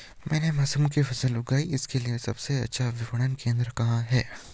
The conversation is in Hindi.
मैंने मशरूम की फसल उगाई इसके लिये सबसे अच्छा विपणन केंद्र कहाँ है?